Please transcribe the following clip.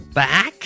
back